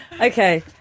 Okay